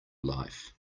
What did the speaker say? life